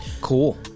Cool